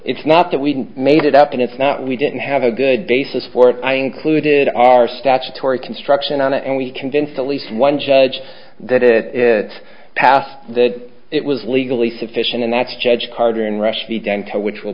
it's not that we made it up and it's not we didn't have a good basis for it i included our statutory construction on it and we convinced at least one judge that it passed that it was legally sufficient and that's judge carter and rush the dental which will